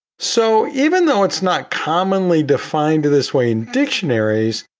so even though it's not commonly defined this way in dictionaries,